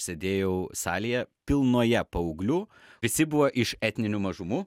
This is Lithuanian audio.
sėdėjau salėje pilnoje paauglių visi buvo iš etninių mažumų